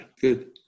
Good